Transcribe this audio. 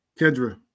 Kendra